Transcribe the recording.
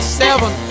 seven